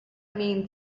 mean